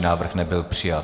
Návrh nebyl přijat.